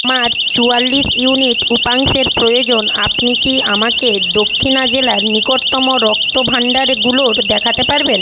আমার চুয়াল্লিশ ইউনিট উপাংশের প্রয়োজন আপনি কি আমাকে দক্ষিণা জেলার নিকটতম রক্তভাণ্ডারগুলোর দেখাতে পারবেন